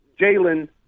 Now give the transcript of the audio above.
Jalen